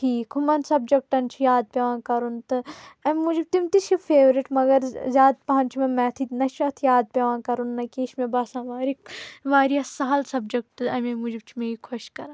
ٹھیٖک ہُمَن سَبجَکٹَن چھِ یاد پیٚوان کَرُن تہٕ امہِ موجوٗب تِم تہِ چھِ فیورِٹ مگر زیادٕ پہن چھِ مےٚ میٚتھٕے نہ چھُ اَتھ یاد پیٚوان کَرُن نہ کیٚنٛہہ یہِ چھِ مےٚ باسان واریاہ واریاہ سہل سَبجَکٹ أمے موجوٗب چھُ مےٚ یہِ خۄش کران